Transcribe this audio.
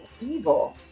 evil